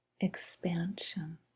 expansion